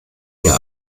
mir